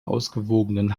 ausgewogenen